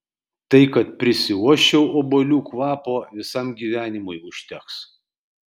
tai kad prisiuosčiau obuolių kvapo visam gyvenimui užteks